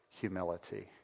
humility